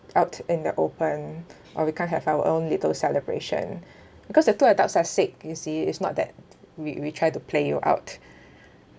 out in the open or we can have our own little celebration because the two adults are sick you see is not that we we tried to play you out